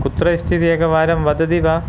कुत्र अस्ति इति एकवारं वदति वा